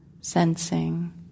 sensing